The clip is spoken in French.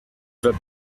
vas